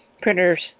Printers